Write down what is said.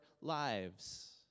lives